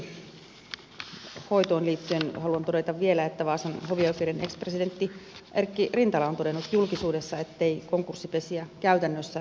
konkurssipesien hoitoon liittyen haluan todeta vielä että vaasan hovioikeuden ex presidentti erkki rintala on todennut julkisuudessa ettei konkurssipesiä käytännössä